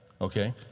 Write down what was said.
Okay